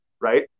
right